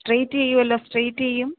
straight ചെയ്യുമല്ലോ straight ചെയ്യും